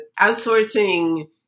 outsourcing